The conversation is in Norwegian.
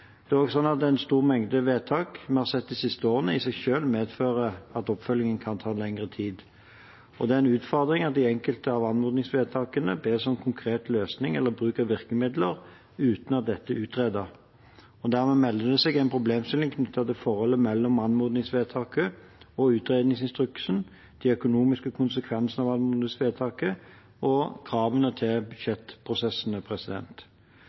Det er også slik at en stor mengde vedtak, som vi har sett de siste årene, i seg selv medfører at oppfølgingen kan ta lengre tid. Det er en utfordring at det i enkelte av anmodningsvedtakene bes om en konkret løsning eller bruk av virkemiddel uten at dette er utredet. Dermed melder det seg en problemstilling knyttet til forholdet mellom anmodningsvedtaket og utredningsinstruksen, de økonomiske konsekvensene av anmodningsvedtaket og kravene til